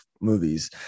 movies